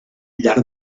llarg